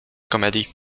komedii